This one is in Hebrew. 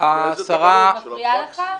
אני מפריעה לך?